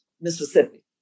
Mississippi